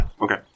Okay